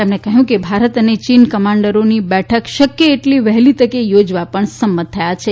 તેમણે કહ્યું કે ભારત અને ચીન કમાન્ડરોની બેઠક શક્ય એટલી વહેલી તકે યોજવા પણ સંમત થયા છે